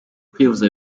kwivuza